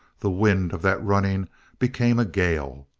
the wind of that running became a gale.